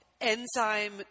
enzyme